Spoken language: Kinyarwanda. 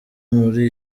muri